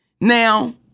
Now